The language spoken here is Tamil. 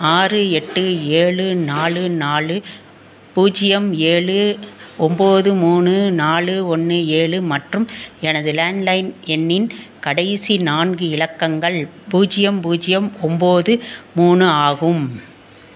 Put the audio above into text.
ஆறு எட்டு ஏழு நாலு நாலு பூஜ்ஜியம் ஏழு ஒம்பது மூணு நாலு ஒன்று ஏழு மற்றும் எனது லேண்ட்லைன் எண்ணின் கடைசி நான்கு இலக்கங்கள் பூஜ்ஜியம் பூஜ்ஜியம் ஒம்பது மூணு ஆகும்